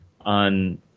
on